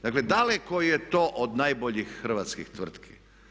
Dakle, daleko je to od najboljih hrvatskih tvrtki.